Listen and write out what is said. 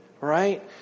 right